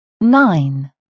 nine